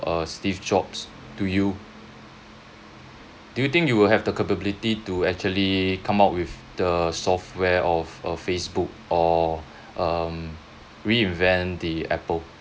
uh steve jobs to you do you think you will have the capability to actually come up with the software of a facebook or um reinvent the apple